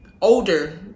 older